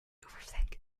overthink